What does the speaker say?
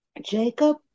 Jacob